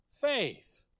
faith